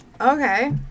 Okay